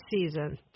season